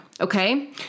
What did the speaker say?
okay